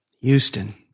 Houston